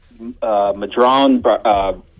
Madron